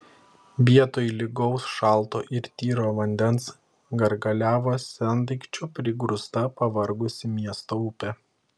vietoj lygaus šalto ir tyro vandens gargaliavo sendaikčių prigrūsta pavargusi miesto upė